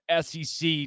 SEC